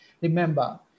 Remember